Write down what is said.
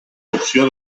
opció